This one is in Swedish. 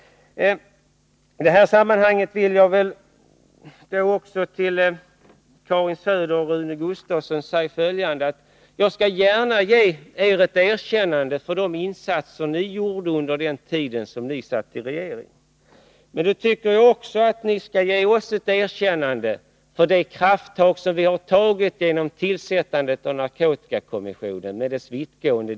I detta sammanhang vill jag till Karin Söder och Rune Gustavsson säga följande: Jag skall gärna ge ett erkännande för de insatser ni gjorde under den tid då ni satt i regeringen. Men då tycker jag också att ni skall ge oss ett erkännande för de krafttag som vi har tagit genom tillsättandet av narkotikakommissionen.